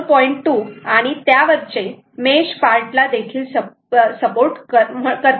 2 आणि त्यावरचे mesh part ला देखील सपोर्ट करते